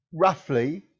roughly